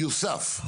יוּסף.